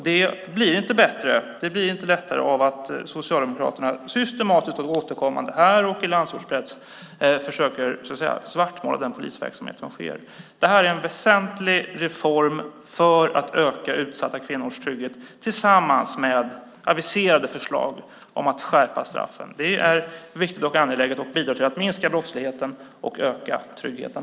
Det blir inte lättare av att Socialdemokraterna systematiskt och återkommande här och i landsortspress försöker svartmåla polisverksamheten. Det här är en väsentlig reform för att öka utsatta kvinnors trygghet tillsammans med aviserade förslag om att skärpa straffen. Det är viktigt och angeläget och bidrar till att minska brottsligheten och öka tryggheten.